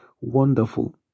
Wonderful